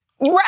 Right